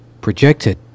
projected